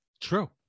True